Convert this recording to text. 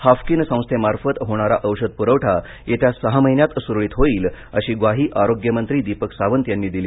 Haffkine संस्थेमार्फत होणारा औषध पुखठा येत्या सहा महिन्यात सुरळीत होईल अशी ग्वाही आरोग्यमंत्री दीपक सावंत यांनी दिली